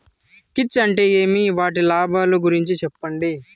కీచ్ అంటే ఏమి? వాటి లాభాలు గురించి సెప్పండి?